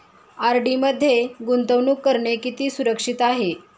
RD मध्ये गुंतवणूक करणे किती सुरक्षित आहे?